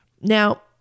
Now